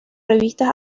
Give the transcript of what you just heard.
revistas